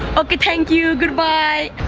okay, thank you. goodbye.